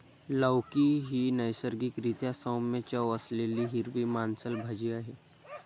लौकी ही नैसर्गिक रीत्या सौम्य चव असलेली हिरवी मांसल भाजी आहे